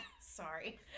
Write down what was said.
Sorry